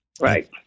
Right